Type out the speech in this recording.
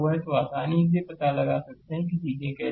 तो आसानी से पता लगा सकते हैं कि चीजें कैसी हैं